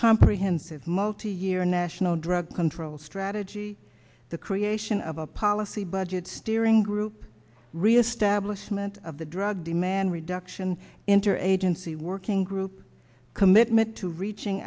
comprehensive multi year national drug control strategy the creation of a policy budget steering group reestablishment of the drug demand reduction interagency working group commitment to reaching